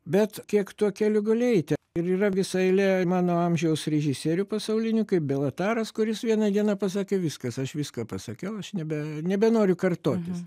bet kiek tuo keliu gali eiti ir yra visa eilė mano amžiaus režisierių pasauliniu kaip belataras kuris vieną dieną pasakė viskas aš viską pasakiau aš nebe nebenoriu kartotis